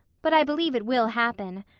but i believe it will happen.